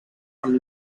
amb